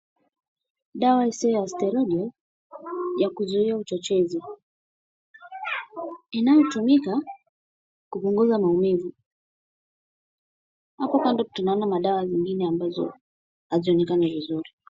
Dawa isiyo ya steronyo ya kuzuia uchochezi inayotumika kupunguza maumivu. Hapo kando tunaona madawa zingine ambazo hazionekani vizuri.